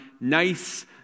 nice